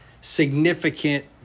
significant